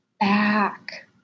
back